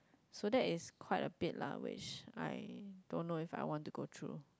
so that is quite a bit lah which I don't know if I want to go through